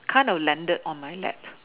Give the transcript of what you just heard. kind of landed on my lap